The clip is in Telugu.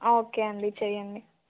ఓకే అండి చెయండి